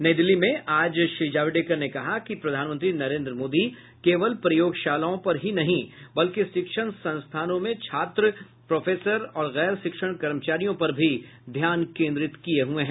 नई दिल्ली में आज श्री जावड़ेकर ने कहा कि प्रधानमंत्री नरेन्द्र मोदी केवल प्रयोगशालाओं पर ही नहीं बल्कि शिक्षण संस्थानों में छात्र प्रोफेसर और गैर शिक्षण कर्मचारियों पर भी ध्यान केन्द्रित किये हुए हैं